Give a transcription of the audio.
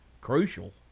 crucial